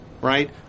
right